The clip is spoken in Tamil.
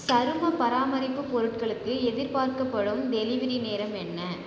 சருமப் பராமரிப்பு பொருட்களுக்கு எதிர்பார்க்கப்படும் டெலிவரி நேரம் என்ன